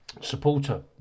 supporter